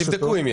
תבדקו אם יש.